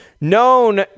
known